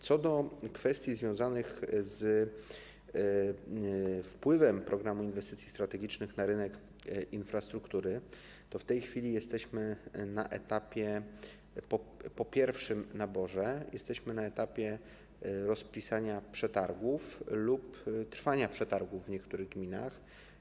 Co do kwestii związanych z wpływem Programu Inwestycji Strategicznych na rynek infrastruktury, to w tej chwili jesteśmy po pierwszym naborze, jesteśmy na etapie rozpisania przetargów lub trwania przetargów w niektórych gminach.